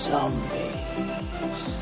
Zombies